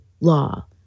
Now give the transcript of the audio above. law